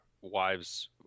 wives